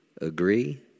agree